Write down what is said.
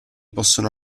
possono